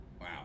Wow